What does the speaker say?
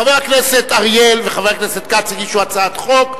חבר הכנסת אריאל וחבר הכנסת כץ הגישו הצעת חוק,